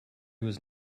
was